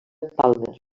palmer